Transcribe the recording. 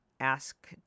ask